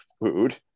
food